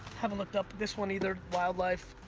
haven't looked up this one either. wildlife,